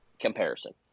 comparison